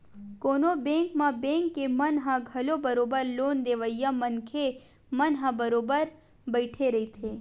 कोनो बेंक म बेंक के मन ह घलो बरोबर लोन देवइया मनखे मन ह बरोबर बइठे रहिथे